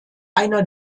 einer